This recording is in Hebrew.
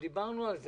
דיברנו על זה.